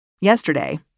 Yesterday